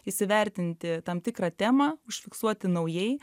įsivertinti tam tikrą temą užfiksuoti naujai